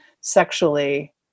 sexually